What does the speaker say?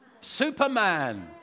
Superman